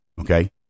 Okay